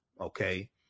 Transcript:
okay